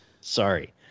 Sorry